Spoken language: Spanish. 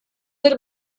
del